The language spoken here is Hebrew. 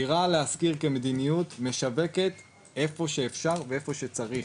"דירה להשכיר" כמדיניות משווקת איפה שאפשר ואיפה שצריך